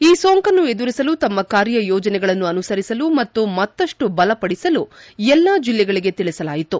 ಈ ಸೋಂಕನ್ನು ಎದುರಿಸಲು ತಮ್ಮ ಕಾರ್ಯ ಯೋಜನೆಗಳನ್ನು ಅನುಸರಿಸಲು ಮತ್ತು ಮತ್ತಷ್ಟು ಬಲಪದಿಸಲು ಎಲ್ಲಾ ಜಿಲ್ಲೆಗಳಿಗೆ ತಿಳಿಸಲಾಯಿತು